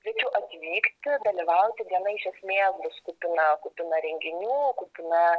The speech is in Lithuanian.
kviečiu atvykti dalyvauti diena iš esmės bus kupina kupina renginių kupina